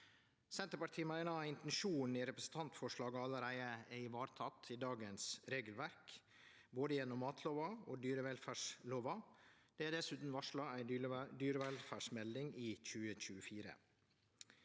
Senterpartiet meiner intensjonen i representantforslaget allereie er ivaretekne i dagens regelverk, både gjennom matlova og dyrevelferdslova. Det er dessutan varsla ei dyrevelferdsmelding i 2024.